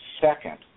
second